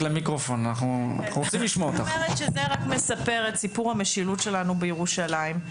שהמצב הזה רק משקף את סיפור המשילות שלנו בירושלים.